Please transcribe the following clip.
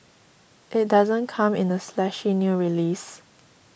it doesn't come in a splashy new release